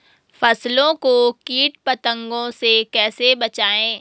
फसल को कीट पतंगों से कैसे बचाएं?